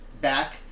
back